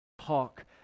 talk